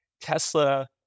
Tesla